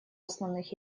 основных